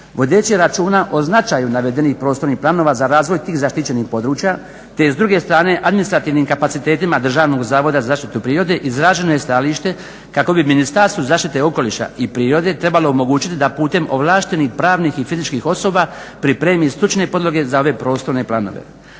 Vodeći računa o značaju navedenih prostornih planova za razvoj tih zaštićenih područja te s druge strane administrativnim kapacitetima Državnog zavoda za zaštitu prirode izraženo je stajalište kako bi Ministarstvo zaštite okoliša i prirode trebalo omogućiti da putem ovlaštenih pravnih i fizičkih osoba pripremi stručne podloge za ove prostorne planove.